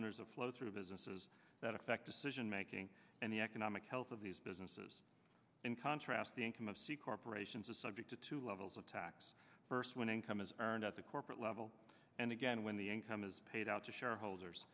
owners of flow through businesses that affect decision making and the economic health of these businesses in contrast the income of c corporations is subject to two levels of tax first when income is burned at the corporate level and again when the income is paid out to shareholders